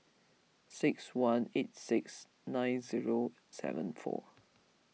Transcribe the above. six one eight six nine zero seven four